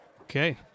Okay